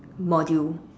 module